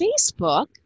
Facebook